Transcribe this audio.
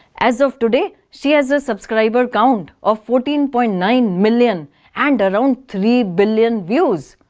as of today, she has a subscriber count of fourteen point nine million and around three billion views.